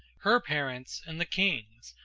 her parents and the king's,